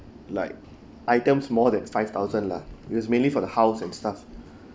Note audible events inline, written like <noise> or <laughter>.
like items more than five thousand lah it was mainly for the house and stuff <breath>